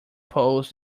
polls